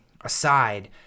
aside